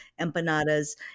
empanadas